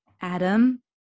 Adam